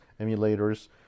emulators